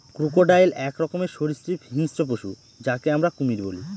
crocodile এক রকমের সরীসৃপ হিংস্র পশু যাকে আমরা কুমির বলি